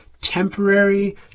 temporary